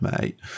mate